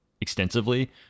extensively